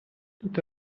tout